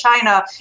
China